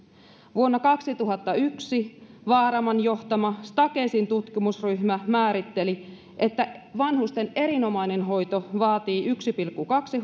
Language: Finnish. vuonna kaksituhattayksi vaaraman johtama stakesin tutkimusryhmä määritteli että vanhusten erinomainen hoito vaatii yksi pilkku kaksi